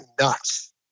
nuts